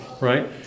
right